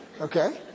okay